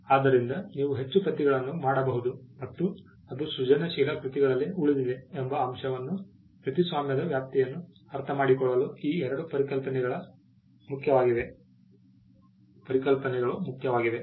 ಆದ್ದರಿಂದ ನೀವು ಹೆಚ್ಚು ಪ್ರತಿಗಳನ್ನು ಮಾಡಬಹುದು ಮತ್ತು ಅದು ಸೃಜನಶೀಲ ಕೃತಿಗಳಲ್ಲಿ ಉಳಿದಿದೆ ಎಂಬ ಅಂಶವನ್ನು ಕೃತಿಸ್ವಾಮ್ಯದ ವ್ಯಾಪ್ತಿಯನ್ನು ಅರ್ಥಮಾಡಿಕೊಳ್ಳಲು ಈ ಎರಡು ಪರಿಕಲ್ಪನೆಗಳು ಮುಖ್ಯವಾಗಿವೆ